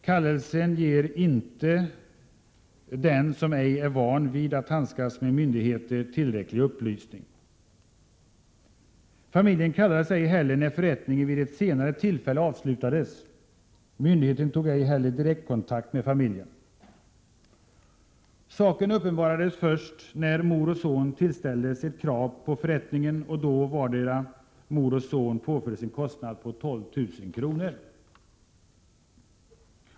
Kallelsen ger inte den som ej är van vid att handskas med myndigheter tillräcklig upplysning. Familjen kallades ej när förrättningen vid ett senare tillfälle avslutades. Myndigheten tog ej heller direkt kontakt med familjen. Saken uppenbarades först när mor och son tillställdes ett krav på förrättningen och då vardera mor och son påfördes en kostnad på 12 000 kr.